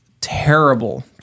terrible